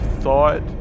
thought